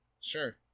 Sure